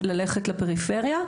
ללכת לפריפריה,